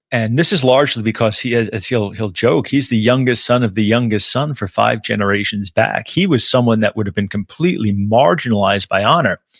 and this is largely because, as as he'll he'll joke, he's the youngest son of the youngest son for five generations back. he was someone that would have been completely marginalized by honor,